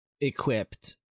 equipped